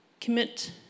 Commit